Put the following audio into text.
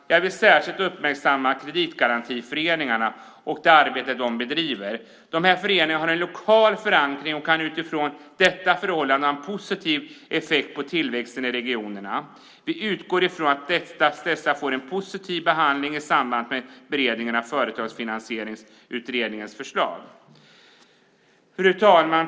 Jag vill särskilt uppmärksamma kreditgarantiföreningarna och det arbete de bedriver. Dessa föreningar har en lokal förankring och kan utifrån detta förhållande ha en positiv effekt för tillväxten i regionerna. Vi utgår ifrån att dessa får en positiv behandling i samband med beredningen av Företagsfinansieringsutredningens förslag. Fru talman!